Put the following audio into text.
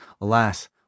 Alas